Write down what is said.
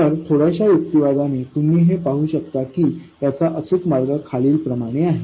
तर थोड्याशा युक्तिवादाने तुम्ही हे पाहू शकता की याचा अचूक मार्ग खालीलप्रमाणे आहे